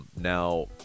Now